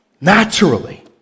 Naturally